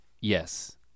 Yes